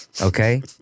Okay